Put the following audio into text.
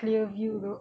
clear view though